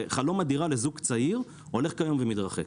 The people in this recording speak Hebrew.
חלום הדירה לזוג צעיר הולך כיום ומתרחק.